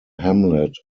hamlet